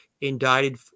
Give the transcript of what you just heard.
indicted